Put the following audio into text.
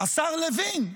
השר לוין,